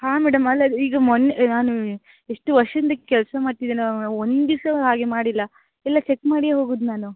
ಹಾಂ ಮೇಡಮ್ ಅಲ್ಲ ಈಗ ಮೊನ್ನೆ ನಾನು ಇಷ್ಟು ವರ್ಷಿಂದ ಕೆಲಸ ಮಾಡ್ತಿದ್ದೇನಲ್ಲ ಮೇಡಮ್ ಒಂದಿವ್ಸ ಹಾಗೆ ಮಾಡಿಲ್ಲ ಎಲ್ಲ ಚೆಕ್ ಮಾಡಿಯೇ ಹೋಗುದು ನಾನು